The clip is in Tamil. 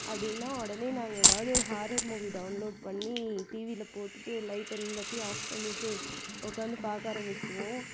அப்படின்னா உடனே நாங்கள் எதாவது ஒரு ஹாரர் மூவி டவுன்லோட் பண்ணி டிவியில் போட்டுகிட்டு லைட் எல்லாத்தையும் ஆஃப் பண்ணிவிட்டு உட்காந்து பார்க்க ஆரம்பித்திருவோம்